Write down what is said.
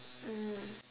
mm